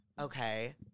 Okay